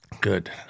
Good